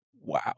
wow